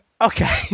Okay